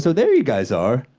so there you guys are.